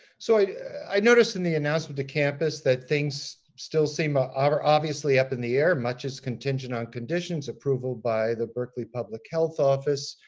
so i i noticed in the announcement to campus that things still ah um are obviously up in the air. much is contingent on conditions, approval by the berkeley public health office.